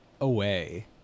Away